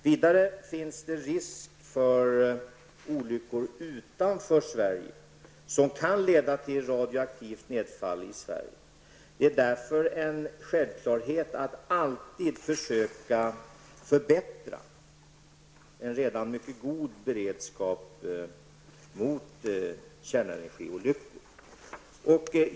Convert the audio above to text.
Vidare finns det risk för olyckor utanför Sverige som kan leda till radioaktivt nedfall i Sverige. Det är därför en självklarhet att alltid försöka förbättra en redan mycket god beredskap mot kärnenergiolyckor.